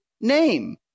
name